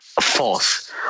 False